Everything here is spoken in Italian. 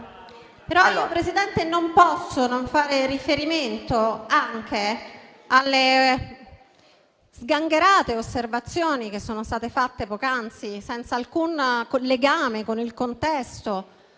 *(M5S)*. Presidente, non posso però non fare riferimento anche alle sgangherate osservazioni che sono state fatte poc'anzi, senza alcun legame con il contesto,